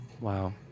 Wow